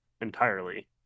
entirely